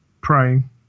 praying